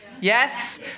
Yes